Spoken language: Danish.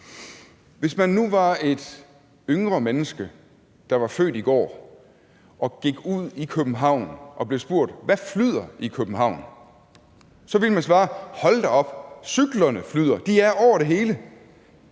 Hvis man nu var et yngre menneske, der var født i går, og gik ud i København og blev spurgt om, hvad der flyder i København, så ville man svare: Hold da op, cyklerne flyder, de er over det hele.